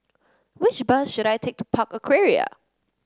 which bus should I take to Park Aquaria